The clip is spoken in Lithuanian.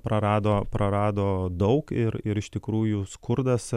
prarado prarado daug ir ir iš tikrųjų skurdas